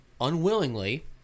unwillingly